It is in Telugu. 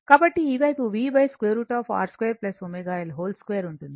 కాబట్టి ఈ వైపు v √ R 2 ω L 2 ఉంటుంది